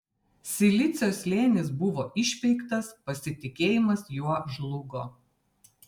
silicio slėnis buvo išpeiktas pasitikėjimas juo žlugo